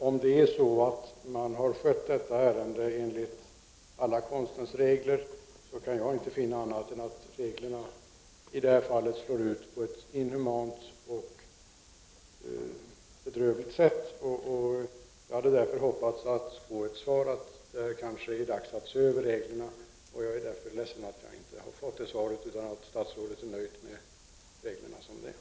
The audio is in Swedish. Om detta ärende är skött enligt alla konstens regler, kan jag inte finna annat än att reglerna i det här fallet slår på ett inhumant och bedrövligt sätt. Jag hade därför hoppats få svaret att det är dags att se över reglerna, och därför är jag ledsen att jag i stället har fått svaret att statsrådet är nöjd med reglerna som de är.